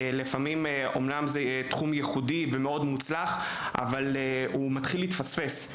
לפעמים זה תחום ייחודי ומאוד מוצלח אבל זה מתחיל להתפספס.